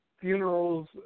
funerals